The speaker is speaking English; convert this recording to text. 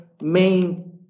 main